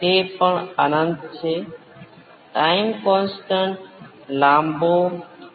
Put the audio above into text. તેથી જો Vs એ V p એક્સ્પોનેંસિયલ st હતો તો ફોર્સ રિસ્પોન્સ જે હતો તે શું હતું